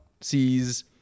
sees